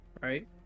Right